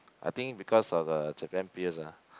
I think because of a Japan peers ah